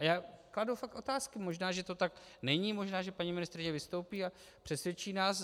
Já kladu fakt otázky, možná že to tak není, možná že paní ministryně vystoupí a přesvědčí nás.